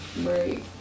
Right